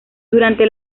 durante